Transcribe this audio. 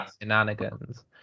shenanigans